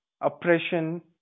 oppression